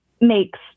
makes